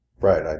Right